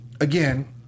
again